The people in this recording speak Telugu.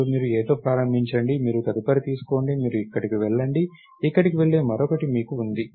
అప్పుడు మీరు Aతో ప్రారంభించండి మీరు తదుపరి తీసుకోండి మీరు ఇక్కడకు వెళ్లండి ఇక్కడకు వెళ్లే మరొకటి మీకు ఉంది